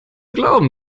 glauben